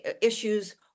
issues